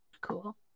Cool